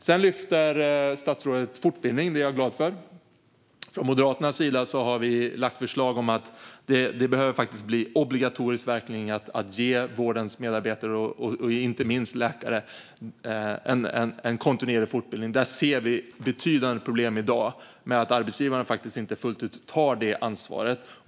Sedan lyfter statsrådet fortbildning. Det är jag glad för. Från Moderaternas sida har vi lagt fram förslag om att det behöver bli obligatoriskt att ge vårdens medarbetare, inte minst läkare, kontinuerlig fortbildning. Där ser vi i dag betydande problem med att arbetsgivarna inte fullt ut tar det ansvaret.